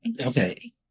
Okay